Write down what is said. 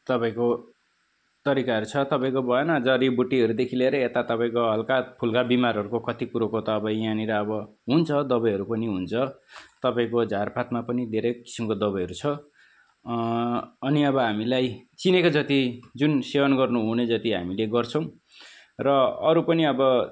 तपाईँको तरिकाहरू छ तपाईँको भएन जडीबुटीहरूदेखि लिएर यता तपाईँको हलकाफुलका बिमारहरूको कति कुरोको त अब यहाँनिर अब हुन्छ दबाईहरू पनि हुन्छ तपाईँको झाररपातमा पनि धेरै किसिमको दबाईहरू छ अनि अब हामीलाई चिनेको जति जुन सेवन गर्नुहुने जति हामीले गर्छौँ र अरू पनि अब